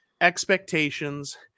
expectations